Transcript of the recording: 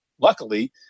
Luckily